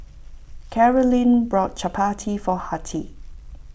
Carolyn bought Chapati for Hattie